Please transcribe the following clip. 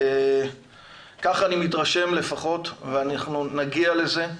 כך אני מתרשם לפחות ואנחנו נגיע לזה.